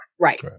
Right